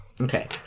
Okay